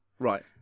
Right